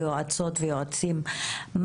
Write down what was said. כיועצות ויועצים,